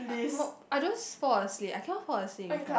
uh I don't fall asleep I cannot fall asleep in class